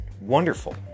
wonderful